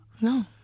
No